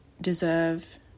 deserve